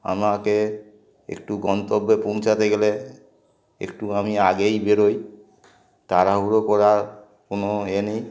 আমাকে একটু গন্তব্যে পৌঁছাতে গেলে একটু আমি আগেই বেরোই তাড়াহুড়ো করার কোনো এ নেই